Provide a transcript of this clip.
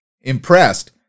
Impressed